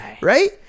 right